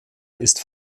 ist